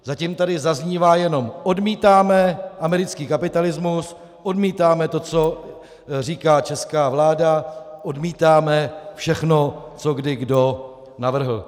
Zatím tady zaznívá jenom: odmítáme americký kapitalismus, odmítáme to, co říká česká vláda, odmítáme všechno, co kdo kdy navrhl.